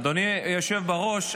אדוני היושב בראש,